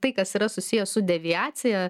tai kas yra susiję su deviacija